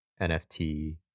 nft